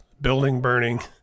building-burning